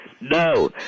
No